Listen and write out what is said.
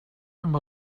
amb